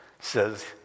says